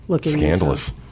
scandalous